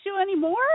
anymore